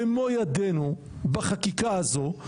במו ידינו בחקיקה הזו,